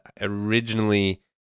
originally